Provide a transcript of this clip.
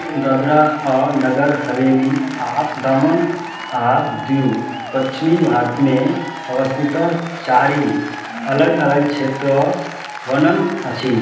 दादरा आ नगर हवेली आ दमन आ दीउ पच्छिमी भारतमे अवस्थितऽ चारि अलग अलग क्षेत्रऽ बनल अछि